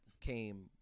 came